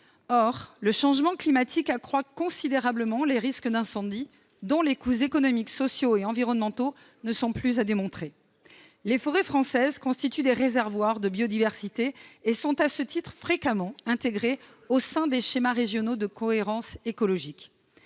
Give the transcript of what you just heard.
Or le changement climatique accroît considérablement les risques d'incendie, dont les coûts économiques, sociaux et environnementaux ne sont plus à démontrer. Les forêts françaises constituent des réservoirs de biodiversité et sont, à ce titre, fréquemment intégrées au sein des schémas régionaux de cohérence écologique.